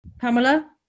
Pamela